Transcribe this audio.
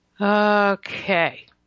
Okay